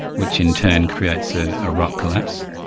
which in turn creates a ah rock collapse.